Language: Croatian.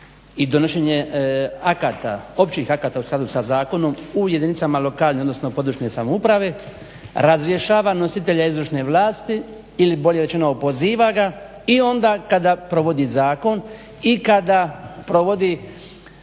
i donošenje akata, općih akata u skladu sa zakonom u jedinicama lokalne odnosno područne samouprave razrješava nositelja izvršene vlasti ili bolje rečeno opoziva ga i onda kada provodi zakon i kada provodi